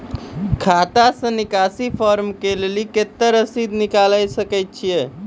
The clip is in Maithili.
खाता से निकासी फॉर्म से कत्तेक रासि निकाल सकै छिये?